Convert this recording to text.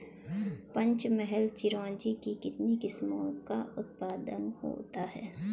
पंचमहल चिरौंजी की कितनी किस्मों का उत्पादन होता है?